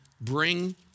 bring